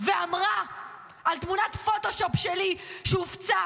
ואמרה על תמונת פוטושופ שלי שהופצה